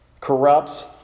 corrupts